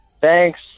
Thanks